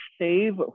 save